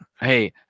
Hey